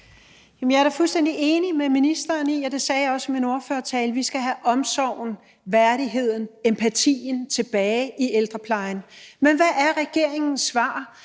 Jeg er da fuldstændig enig med ministeren i, og det sagde jeg også i min ordførertale, at vi skal have omsorgen, værdigheden og empatien tilbage i ældreplejen. Men hvad er regeringens svar